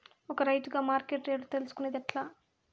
ఒక రైతుగా మార్కెట్ రేట్లు తెలుసుకొనేది ఎట్లా?